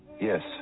Yes